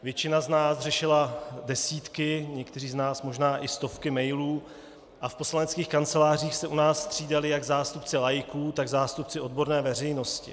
Většina z nás řešila desítky, někteří z nás možná i stovky mailů a v poslaneckých kancelářích se u nás střídali jak zástupci laiků, tak zástupci odborné veřejnosti.